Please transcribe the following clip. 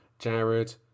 Jared